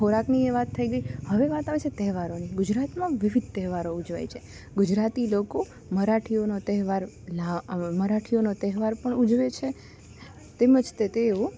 ખોરાકની ય વાત થઈ ગઈ હવે વાત આવે છે તહેવારોની ગુજરાતમાં વિવિધ તહેવારો ઉજવાય છે ગુજરાતી લોકો મરાઠીઓનો તહેવાર મરાઠીઓનો તહેવાર પણ ઉજવે છે તેમજ તે તેઓ